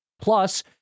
Plus